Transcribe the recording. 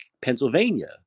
Pennsylvania